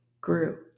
grew